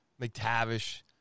McTavish